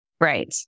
Right